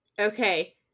Okay